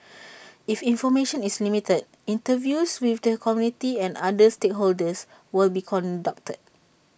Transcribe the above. if information is limited interviews with the community and other stakeholders will be conducted